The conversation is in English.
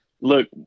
look